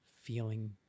Feeling